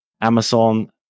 Amazon